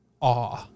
awe